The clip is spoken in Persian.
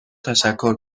تشکر